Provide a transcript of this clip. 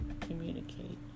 communicate